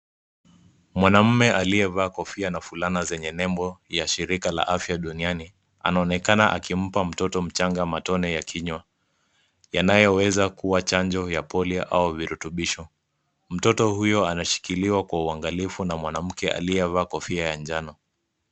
Mwanaume aliyevaa kofia na fulana zenye nebo ya shirika la afya duniani. Anaonekana akimpa mtoto mchanga matone ya kinywa, yanayoweza kuwa chanjo ya polio au virutubisho. Mtoto huyo anashikilia kwa uangalifu na mwanamke aliyevaa kofia ya njano.